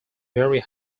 very